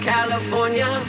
California